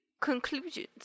conclusions